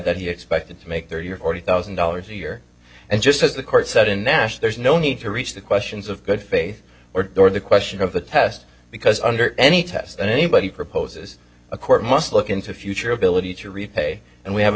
that he expected to make thirty or forty thousand dollars a year and just as the court said in ash there's no need to reach the questions of good faith or the question of the test because under any test anybody proposes a court must look into future ability to repay and we have a